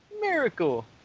Miracle